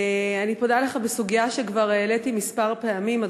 אני פונה אליך בסוגיה שכבר העליתי כמה פעמים,